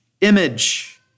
image